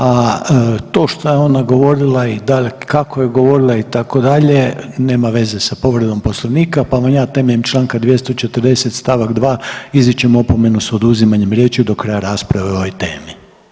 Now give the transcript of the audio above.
A to što je ona govorila i da, kako je govorila, itd., nema veze sa povredom Poslovnika pa vam ja temeljem čl. 240 st. 2 ističem opomenu s oduzimanjem riječi do kraja rasprave o ovoj temi.